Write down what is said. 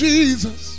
Jesus